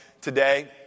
today